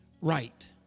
right